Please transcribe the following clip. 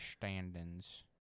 standings